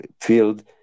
field